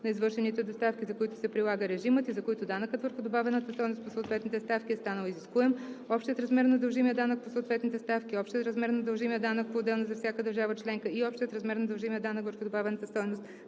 на извършените доставки, за които се прилага режимът и за които данъкът върху добавената стойност по съответните ставки е станал изискуем, общият размер на дължимия данък по съответните ставки, общият размер на дължимия данък поотделно за всяка държава членка и общият размер на дължимия данък върху добавената стойност